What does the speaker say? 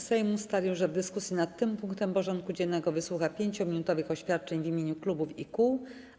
Sejm ustalił, że w dyskusji nad tym punktem porządku dziennego wysłucha 5-minutowych oświadczeń w imieniu klubów i kół.